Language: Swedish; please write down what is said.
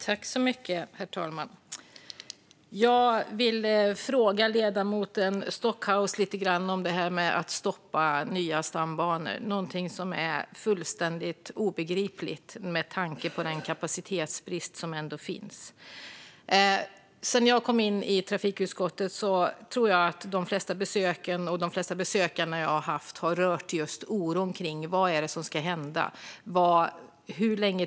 Herr talman! Jag vill fråga ledamoten Stockhaus lite grann om detta med att stoppa nya stambanor, något som är fullständigt obegripligt med tanke på den kapacitetsbrist som råder. Sedan jag kom in i trafikutskottet tror jag att de flesta besök jag har gjort och besökare jag har haft har berört oron kring vad som ska hända när det gäller detta.